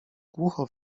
głucho